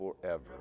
forever